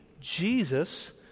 Jesus